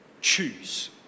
Choose